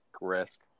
Risk